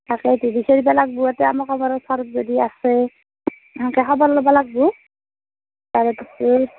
তাকেইটো বিচাৰিব লাগিব ইয়াতে আমাৰ কাৰোবাৰ ঘৰত যদি আছে তেনেকে খবৰ ল'ব লাগিব তাৰেপিছত